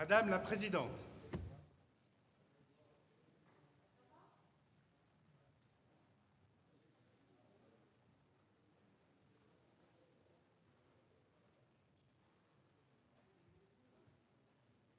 Madame la présidente,